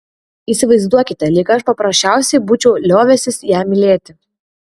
įsivaizduokite lyg aš paprasčiausiai būčiau liovęsis ją mylėti